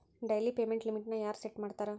daily payment ಲಿಮಿಟ್ನ ಯಾರ್ set ಮಾಡ್ತಾರಾ